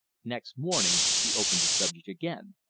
next morning she opened the subject again.